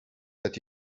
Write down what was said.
that